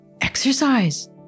exercise